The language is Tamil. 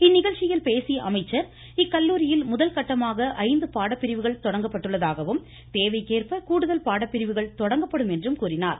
இந்நிகழ்ச்சியில் பேசிய அமைச்சர் இக்கல்லூரியில் முதல் கட்டமாக பாடப்பிரிவுகள் தொடங்கப்பட்டுள்ளதாகவும் தேவைக்கேற்ப கூடுதல் பாடப்பிரிவுகள் தொடங்கப்படும் என்றும் கூறினார்